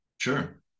Sure